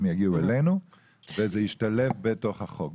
הם יגיעו אלינו וזה ישתלב בתוך החוק.